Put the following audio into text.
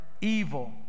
evil